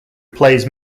plays